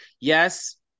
yes